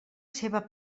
seva